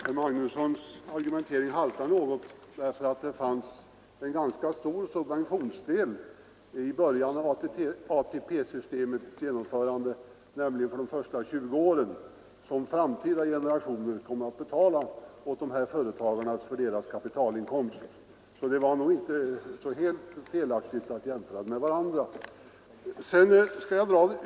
Herr Magnussons i Borås argumentering haltar något, eftersom det fanns en ganska stor subventionsdel i början efter ATP-systemets genomförande. Det gäller de första 20 åren, för vilka framtida generationer kommer att betala för företagarnas kapitalinkomster. Det är därför inte så helt felaktigt att jämföra tillvägagångssätten med varandra.